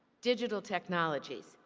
digital technology,